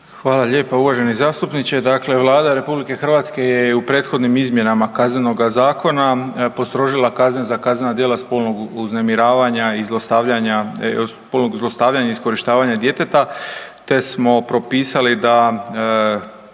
Hvala lijepa uvaženi zastupniče. Dakle Vlada RH je i u prethodnim izmjenama Kaznenoga zakona postrožila kazne za kaznena djela spolnog uznemiravanja i zlostavljanja, spolnog zlostavljanja i iskorištavanja djeteta te smo propisali da